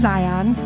Zion